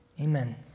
Amen